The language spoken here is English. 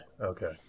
okay